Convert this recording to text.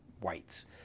whites